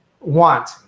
want